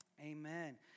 amen